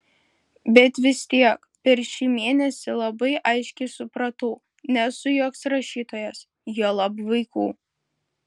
bet vis tiek per šį mėnesį labai aiškiai supratau nesu joks rašytojas juolab vaikų